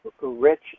rich